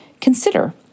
consider